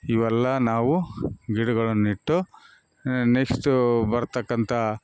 ಇವೆಲ್ಲ ನಾವು ಗಿಡಗಳನ್ನು ಇಟ್ಟು ನೆಸ್ಟು ಬರ್ತಕ್ಕಂಥ